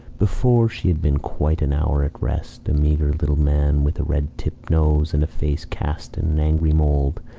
before she had been quite an hour at rest, a meagre little man, with a red-tipped nose and a face cast in an angry mould,